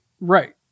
right